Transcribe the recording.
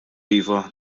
iva